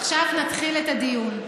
עכשיו נתחיל את הדיון.